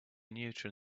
neutron